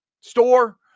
store